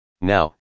Now